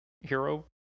hero